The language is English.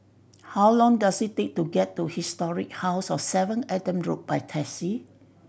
how long does it take to get to Historic House of seven Adam Road by taxi